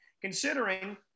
considering